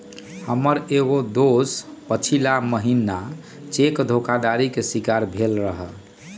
हमर एगो दोस पछिला महिन्ना चेक धोखाधड़ी के शिकार भेलइ र